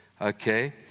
okay